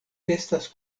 estas